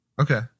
Okay